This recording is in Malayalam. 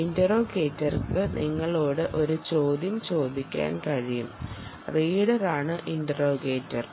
ഇൻറ്ററോഗേറ്റർക്ക് നിങ്ങളോട് ഒരു ചോദ്യം ചോദിക്കാൻ കഴിയും റീഡറാണ് ഇൻറ്ററോഗേറ്റർ